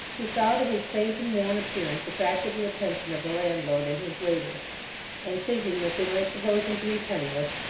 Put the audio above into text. he saw that his faint and worn appearance attracted the attention of the landlord and his waiters and thinking that they might suppose him to be penniless,